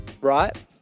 right